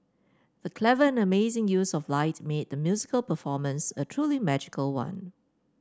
the clever and amazing use of light made the musical performance a truly magical one